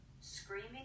screaming